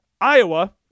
Iowa